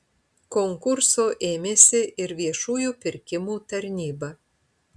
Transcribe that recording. konkurso ėmėsi ir viešųjų pirkimų tarnyba